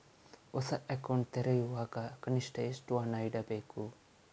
ಹೊಸ ಅಕೌಂಟ್ ತೆರೆಯುವಾಗ ಕನಿಷ್ಠ ಎಷ್ಟು ಹಣ ಇಡಬೇಕು?